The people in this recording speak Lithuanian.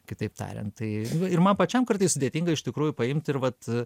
kitaip tariant tai ir man pačiam kartais sudėtinga iš tikrųjų paimti ir vat